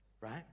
right